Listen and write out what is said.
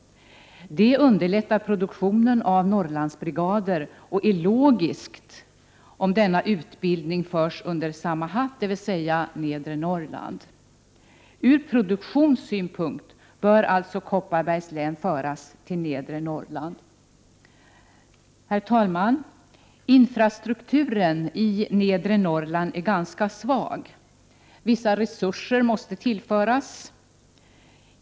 Det underlättar produktionen av Norrlandsbrigader och är logiskt om denna utbildning förs under samma hatt, dvs. Nedre Norrland. Ur produktionssynpunkt bör alltså Kopparbergs län föras till Nedre Norrland. Herr talman! Infrastrukturen i Nedre Norrland är ganska svag. Vissa resurser måste tillföras.